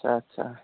আচ্ছা আচ্ছা